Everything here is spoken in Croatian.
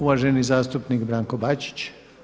Uvaženi zastupnik Branko Bačić.